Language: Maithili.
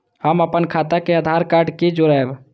हम अपन खाता के आधार कार्ड के जोरैब?